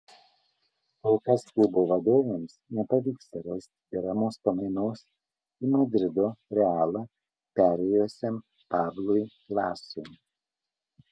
kol kas klubo vadovams nepavyksta rasti deramos pamainos į madrido realą perėjusiam pablui lasui